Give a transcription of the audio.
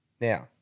Now